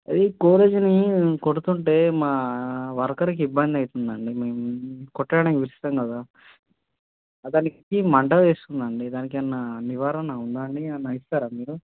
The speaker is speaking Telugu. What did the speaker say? అది కోరేజిని కొడుతుంటే మా వర్కర్కి ఇబ్బంది అయితుంది అండి మేము కొట్టడానికి ఇస్తాం కదా దానికి మంట వేస్తుందండి దానికేమన్నా నివారణ ఉందా అండి ఏమన్న ఇస్తారా మీరు